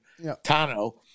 Tano